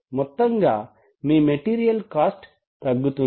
మొత్తం గా మీ మెటీరియల్ కాస్ట్ తగ్గుతుంది